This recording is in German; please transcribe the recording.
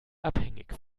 abhängig